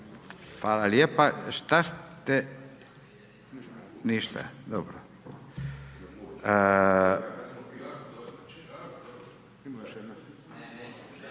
Hvala lijepa.